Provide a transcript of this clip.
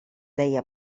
deia